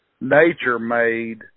nature-made